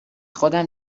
خودم